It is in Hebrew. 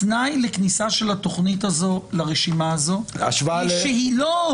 התנאי לכניסה של התוכנית הזו לרשימה הזו יהיה שהיא --- השוואה ל-,